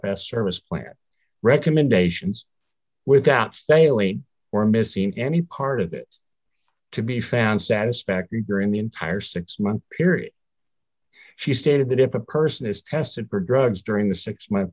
press service player recommendations without failing or missing any part of it to be found satisfactory during the entire six month period she stated that if a person is tested for drugs during the six month